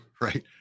Right